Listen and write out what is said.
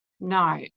No